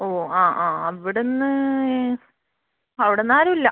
ഓ ആ ആ അവിടുന്ന് അവിടുന്ന് ആരും ഇല്ല